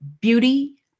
beauty